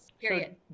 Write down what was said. period